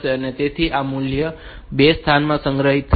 તેથી આ મૂલ્ય સ્થાન 2 માં સંગ્રહિત થશે